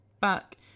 back